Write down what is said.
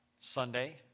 Sunday